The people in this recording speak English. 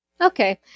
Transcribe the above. Okay